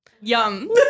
yum